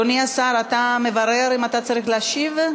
אדוני השר, אתה מברר אם אתה צריך להשיב?